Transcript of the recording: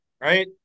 right